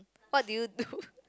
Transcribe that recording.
what do you do